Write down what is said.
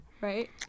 right